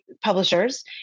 publishers